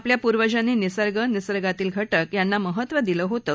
आपल्या पुर्वज्यांनी निसर्ग निसर्गातील घटक यांना महत्व दिलं होतं